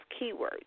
keywords